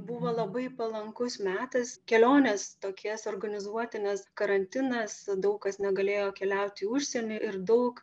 buvo labai palankus metas kelionės tokias suorganizuoti nes karantinas daug kas negalėjo keliaut į užsienį ir daug